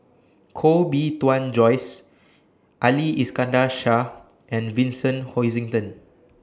Koh Bee Tuan Joyce Ali Iskandar Shah and Vincent Hoisington